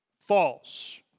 False